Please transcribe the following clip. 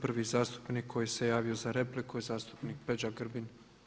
Prvi zastupnik koji se javio za repliku je zastupnik Peđa Grbin.